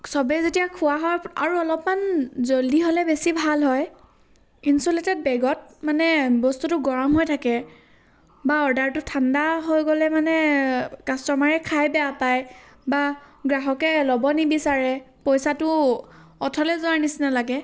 চবেই যেতিয়া খোৱা হয় আৰু অলপমান জল্দি হ'লে বেছি ভাল হয় ইন্ছুলেটেড বেগত মানে বস্তুটো গৰম হৈ থাকে বা অৰ্ডাৰটো ঠাণ্ডা হৈ গ'লে মানে কাষ্টমাৰে খাই বেয়া পায় বা গ্ৰাহকে ল'ব নিবিচাৰে পইচাটো অথলে যোৱাৰ নিচিনা লাগে